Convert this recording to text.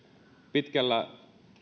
pitkällä